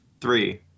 Three